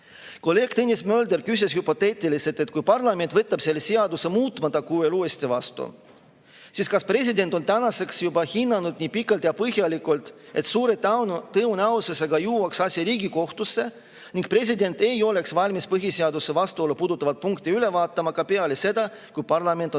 hüpoteetiliselt, et kui parlament võtab selle seaduse muutmata kujul uuesti vastu, siis kas president on tänaseks juba hinnanud nii pikalt ja põhjalikult, et suure tõenäosusega jõuaks asi Riigikohtusse, ning president ei oleks valmis põhiseadusega vastuolu puudutavat punkti üle vaatama ka peale seda, kui parlament on